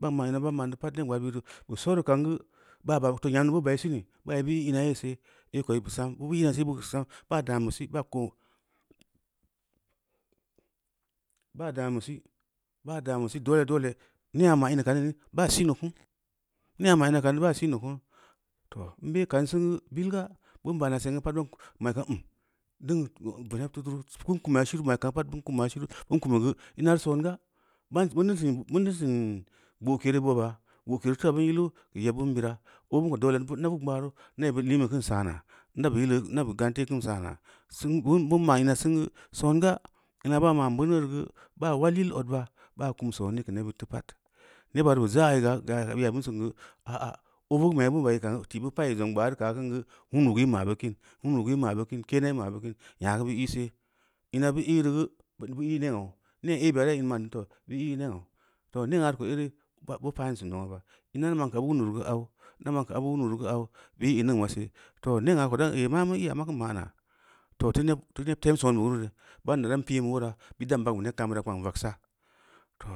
Ban ma’n ina ban ma’n neu pad neb gbaad bid deu bu soreu ka’an geu baa ban to nyammeu bu bai sini, bu bai bu i mi yee see, ei ko i sam bu ī see, ei ko i bu sam, ban daan bu si ba ko n, ban dan bu si ban dan bu si, dole-dole nengna ma ineu kanii baa si’n neu ku, neagna na ineu kani baa sin neu ku, too n be’ kan sin geu bilga bin banma sengeu pad ban ma’n la’m ngm veneb tu furu bin kum shinu ma’i- kam pad ina reu songa, bani sin gboke reu boba, gboke reu teu abin yilu geu yebbi bira, obin ko doole na veu’n gbaara neu yebbid in liin beu keun saa na, na bu gamtee kim saana, seng geu bin bia’ i-na singu, songa, i-n ban ma’n beuneu reu gu baa ulal yil odba baa kum soom keu nebbid feu pad neba reu bu za’ ya ab yai- obin singe, a’a, obu geu meigeu bu baiyi kaam geu, ti’ bu paciyi zong gbaanu kaa kin geu wundu gu i-‘ ma’bu kim, wundu gu i- ma’ ba’ kin, keena i- ma’bu kin, njageu bu i- see, ina bu i- reu geu bu i, nengnau nee ehh beya teu in ma’n neu too bu i-‘ nengnan to nengna reu ko ere bu pan sin zongna reu ba ina neu bu ma’n geu aba ulundu reu geu au, na ma’in geu abu wundu reu geu au, bu i- in ningma see too nee ko teu ban ehh maa mu i-‘ya makeun ma’na too feu neb soon be geu re, ban neu dan pin ba wuure bid dan begu be neb kaam bira kpangna, vagsa to